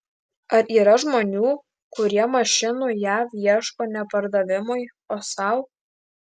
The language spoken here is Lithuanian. ar yra žmonių kurie mašinų jav ieško ne pardavimui o sau